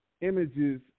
images